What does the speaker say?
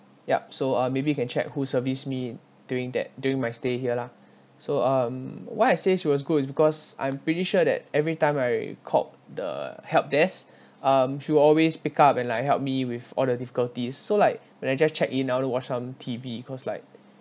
yup so uh maybe you can check who service me during that during my stay here lah so um why I say she was good is because I'm pretty sure that every time I called the help desk um she always pick up and like help me with all the difficulties so like when I just check in I want to watch some T_V because like